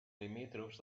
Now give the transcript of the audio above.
limítrofs